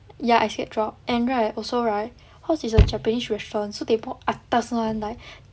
ya I scared drop and right also right cause is a japanese restaurant so they what atas [one] like